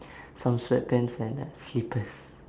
some sweatpants and uh slippers